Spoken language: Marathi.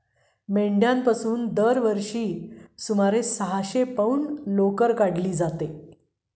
मेंढ्यांपासून दरवर्षी सुमारे सहाशे पौंड दूध काढले जाते